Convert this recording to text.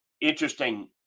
interesting